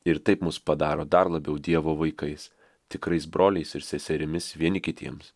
ir taip mus padaro dar labiau dievo vaikais tikrais broliais ir seserimis vieni kitiems